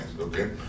okay